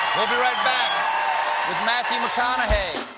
we'll be right back with matthew mcconaughey.